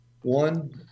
one